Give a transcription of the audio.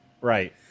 Right